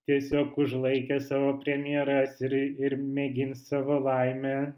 tiesiog užlaikė savo premjeras ir ir mėgins savo laimę